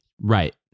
Right